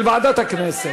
של ועדת הכנסת,